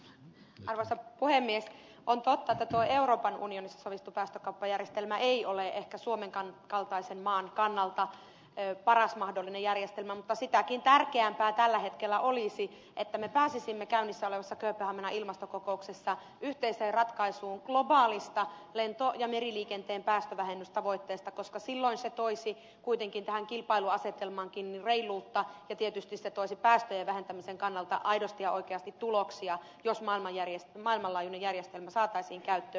on totta että tuo euroopan unionissa sovittu päästökauppajärjestelmä ei ole ehkä suomen kaltaisen maan kannalta paras mahdollinen järjestelmä mutta sitäkin tärkeämpää tällä hetkellä olisi että me pääsisimme käynnissä olevassa kööpenhaminan ilmastokokouksessa yhteiseen ratkaisuun globaaleista lento ja meriliikenteen päästövähennystavoitteista koska silloin se toisi kuitenkin tähän kilpailuasetelmaankin reiluutta ja tietysti se toisi päästöjen vähentämisen kannalta aidosti ja oikeasti tuloksia jos maailmanlaajuinen järjestelmä saataisiin käyttöön